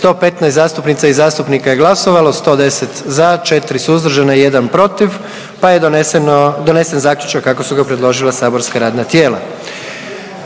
111 zastupnica i zastupnika je glasovalo, 77 za, 31 suzdržan i 3 protiv pa je donesen Zaključak kako su ga predložila saborska radna tijela.